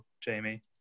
Jamie